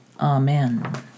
Amen